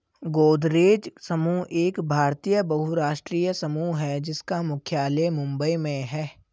गोदरेज समूह एक भारतीय बहुराष्ट्रीय समूह है जिसका मुख्यालय मुंबई में है